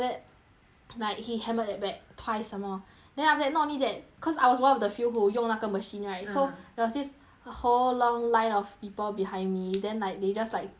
like he hammered at back twice some more then after that not that cause I was one of the few who 用那个 machine right ah so there was this whole long line of people behind me then like they just like 瞪着我